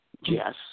yes